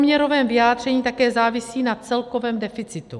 V poměrovém vyjádření také závisí na celkovém deficitu.